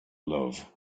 love